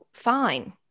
fine